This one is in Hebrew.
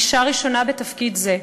אישה ראשונה בתפקיד זה.